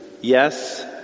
Yes